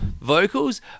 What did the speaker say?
vocals